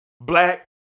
Black